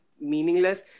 meaningless